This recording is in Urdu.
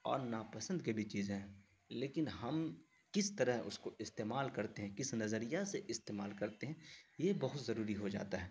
اور ناپسند کے بھی چیزیں ہیں لیکن ہم کس طرح اس کو استعمال کرتے ہیں کس نظریہ سے استعمال کرتے ہیں یہ بہت ضروری ہو جاتا ہے